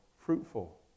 fruitful